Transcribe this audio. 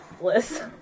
bliss